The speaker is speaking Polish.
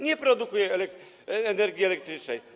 Nie produkuje energii elektrycznej.